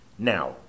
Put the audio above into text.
Now